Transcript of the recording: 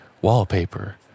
wallpaper